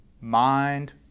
mind